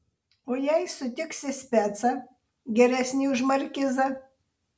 o jei sutiksi specą geresnį už markizą